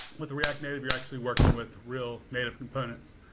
with react native, you're actually working with real native components.